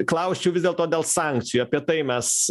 klausčiau vis dėlto dėl sankcijų apie tai mes